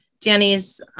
Danny's